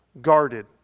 guarded